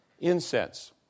incense